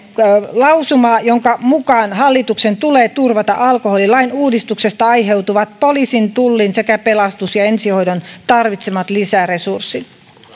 lausumaa jonka mukaan hallituksen tulee turvata alkoholilain uudistuksesta aiheutuvat poliisin tullin sekä pelastus ja ensihoidon tarvitsemat lisäresurssit